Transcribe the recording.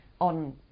on